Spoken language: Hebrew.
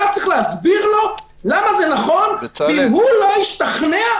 אתה צריך להסביר לו למה זה נכון והוא צריך להשתכנע.